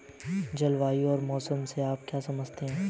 जलवायु और मौसम से आप क्या समझते हैं?